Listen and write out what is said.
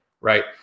right